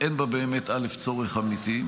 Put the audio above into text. אין בה צורך אמיתי,